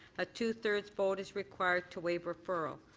a two-thirds vote is required to waive referral.